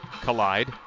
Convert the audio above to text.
collide